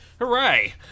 Hooray